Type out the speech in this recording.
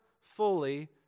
fully